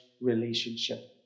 relationship